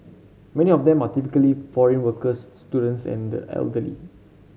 many of them are typically foreign workers students and the elderly